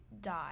die